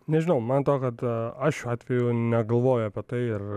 nežinau man atrodo kad aš šiuo atveju negalvoju apie tai ir